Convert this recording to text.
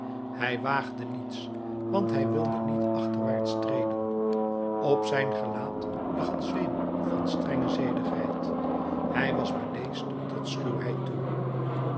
hij waagde niets want hij wilde niet achterwaarts treden op zijn gelaat lag een zweem van strenge zedigheid hij was bedeesd tot schuwheid toe